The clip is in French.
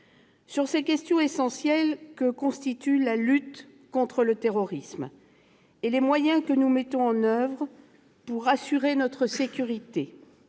Sur ces questions essentielles que constituent la lutte contre le terrorisme et les moyens que nous mettons en oeuvre pour assurer notre sécurité,